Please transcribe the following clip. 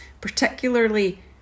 particularly